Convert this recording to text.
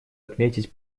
отметить